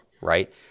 right